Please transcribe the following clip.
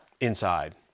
inside